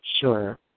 Sure